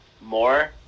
more